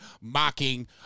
mocking